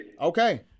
Okay